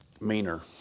meaner